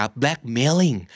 blackmailing